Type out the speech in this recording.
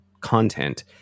content